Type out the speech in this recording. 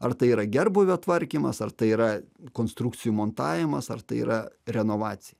ar tai yra gerbūvio tvarkymas ar tai yra konstrukcijų montavimas ar tai yra renovacija